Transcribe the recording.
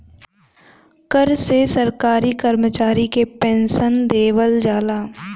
कर से सरकारी करमचारी के पेन्सन देवल जाला